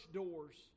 doors